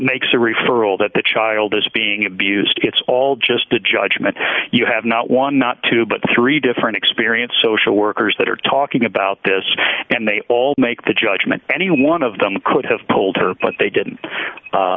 makes a referral that the child is being abused it's all just a judgment you have not one not two but three different experience social workers that are talking about this and they all make the judgment and one of them could have pulled her but they didn't a